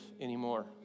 anymore